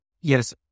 yes